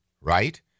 right